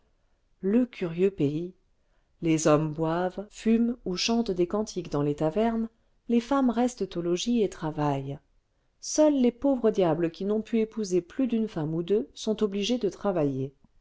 le curieux pays les hommes boivent fument ou chantent des cantiques dans les tavernes les femmes restent au logis et travaillent seuls les pauvres diables qui n'ont pu épouser plus d'une femme ou deux sont obligés de travailler